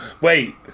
wait